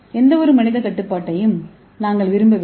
எந்தவொரு மனித கட்டுப்பாட்டையும் நாங்கள் விரும்பவில்லை